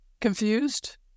Confused